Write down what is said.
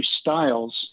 styles